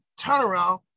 turnaround